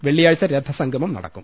വെള്ളിയാഴ്ച രഥസംഗമം നടക്കും